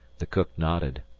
the cook nodded.